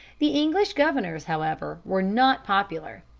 the english governors, however, were not popular.